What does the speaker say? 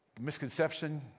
Misconception